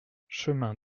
chemin